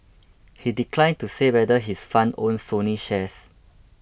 he declined to say whether his fund owns Sony shares